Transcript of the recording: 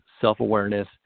self-awareness